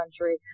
country